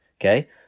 Okay